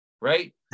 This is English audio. right